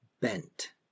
Bent